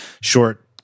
short